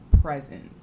present